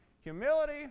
humility